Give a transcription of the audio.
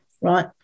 right